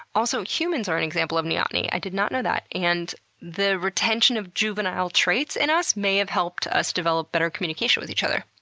also, humans are an example of neoteny, i did not know that. and the retention of juvenile traits in us may have helped us develop better communication with each other.